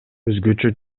өзгөчө